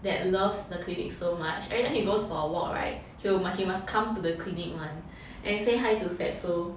that loves the clinic so much every time he goes for a walk [right] he'll he must he must come to the clinic [one] and say hi to fatso